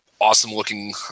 awesome-looking